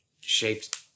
shaped